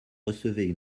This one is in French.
recevaient